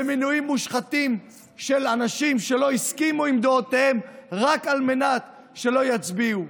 במינויים מושחתים של אנשים שלא הסכימו עם דעותיהם רק על מנת שלא יצביעו.